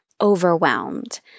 overwhelmed